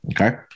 Okay